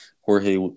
Jorge